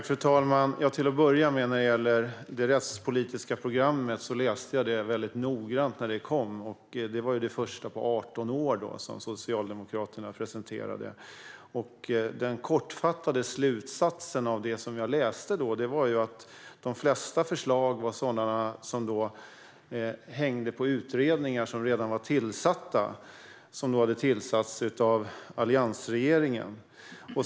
Fru talman! Det rättspolitiska programmet, det första som Socialdemokraterna presenterat på 18 år, läste jag väldigt noggrant när det kom. Den kortfattade slutsatsen av det som jag läste var att de flesta förslag var sådana som hängde på utredningar som redan hade tillsatts av alliansregeringen.